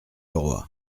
leroy